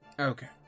Okay